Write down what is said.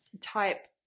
type